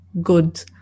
good